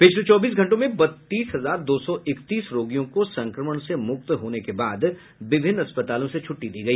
पिछले चौबीस घंटों में बत्तीस हजार दो सौ इकतीस रोगियों को संक्रमण से मुक्त होने के बाद विभिन्न अस्पतालों से छूट्टी दे दी गई